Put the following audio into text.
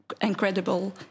incredible